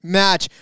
match